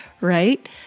right